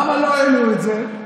למה לא העלו את זה?